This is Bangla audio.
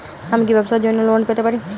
আমি কি ব্যবসার জন্য লোন পেতে পারি?